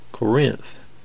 Corinth